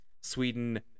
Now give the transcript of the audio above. Sweden